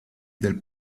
del